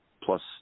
plus